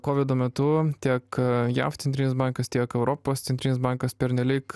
kovido metu tiek jav centrinis bankas tiek europos centrinis bankas pernelyg